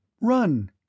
Run